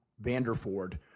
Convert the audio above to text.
Vanderford